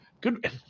Good